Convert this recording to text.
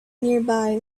nearby